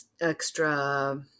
extra